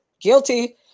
guilty